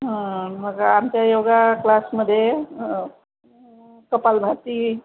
हा मग आमच्या योग क्लासमध्ये कपाल भारती